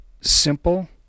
simple